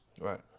Right